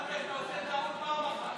אמרת שאתה עושה טעות פעם אחת,